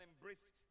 embrace